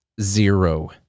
Zero